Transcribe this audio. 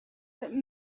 that